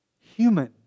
human